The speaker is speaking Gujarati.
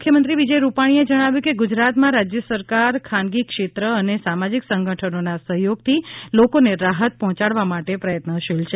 મુખ્યમંત્રી વિજય રૂપાણીએ જણાવ્યું કે ગુજરાતમાં રાજ્ય સરકાર ખાનગી ક્ષેત્ર અને સામાજિક સંગઠનો ના સહયોગથી લોકોને રાહત પહોંચાડવા માટે પ્રયત્નશીલ છે